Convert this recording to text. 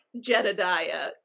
Jedediah